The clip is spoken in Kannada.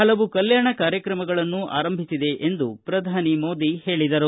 ಪಲವು ಕಲ್ಕಾಣ ಕಾರ್ಯಕ್ರಮಗಳನ್ನು ಆರಂಭಿಸಿದೆ ಎಂದು ಪ್ರಧಾನಿ ಮೋದಿ ಹೇಳಿದರು